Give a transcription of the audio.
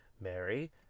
Mary